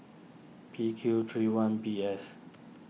P Q three one B S